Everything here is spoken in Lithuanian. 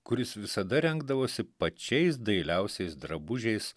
kuris visada rengdavosi pačiais dailiausiais drabužiais